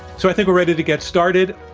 so, i think we're ready to get started